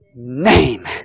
name